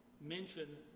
mention